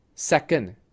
second